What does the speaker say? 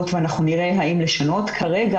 מכובדי,